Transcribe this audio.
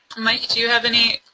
mike do you have any,